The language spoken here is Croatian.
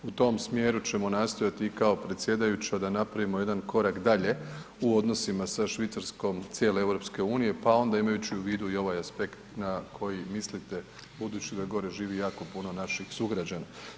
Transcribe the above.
U tom smjeru ćemo nastojati i kao predsjedajuća da napravimo jedan korak dalje u odnosima sa Švicarskom cijele EU pa onda imajući u vidu i ovaj aspekt na koji mislite budući da gore živi jako puno naših sugrađana.